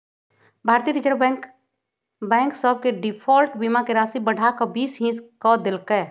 भारतीय reserve bank bank सभ के डिफॉल्ट बीमा के राशि बढ़ा कऽ बीस हिस क देल्कै